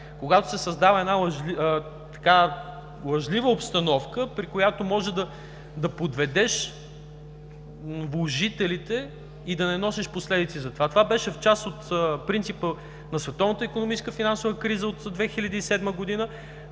когато се създава една лъжлива обстановка, при която може да подведеш вложителите и да не носиш последици за това. Това беше част от принципа на световната икономическа финансова криза от 2007 г.,